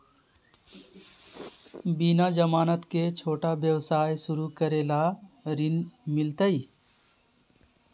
बिना जमानत के, छोटा व्यवसाय शुरू करे ला ऋण मिलतई?